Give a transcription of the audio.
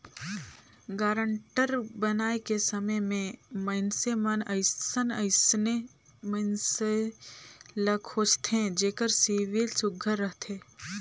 guarantor बनाए के समे में मइनसे मन अइसन मइनसे ल खोझथें जेकर सिविल सुग्घर रहथे